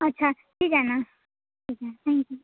अच्छा ठीक आहे ना ठीक आहे थँक्यू